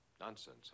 Nonsense